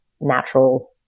natural